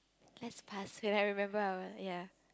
let's pass when I remember I will ya